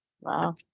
Wow